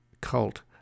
cult